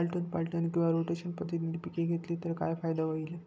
आलटून पालटून किंवा रोटेशन पद्धतीने पिके घेतली तर काय फायदा होईल?